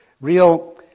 Real